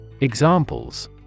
Examples